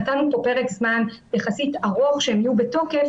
נתנו כאן פרק זמן יחסית ארוך שהן יהיו בתוקף